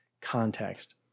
context